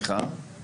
אם אין עליו,